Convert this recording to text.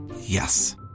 Yes